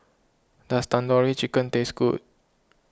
does Tandoori Chicken taste good